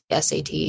SAT